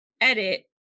edit